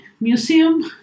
museum